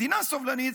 מדינה סובלנית,